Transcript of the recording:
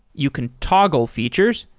you can toggle features,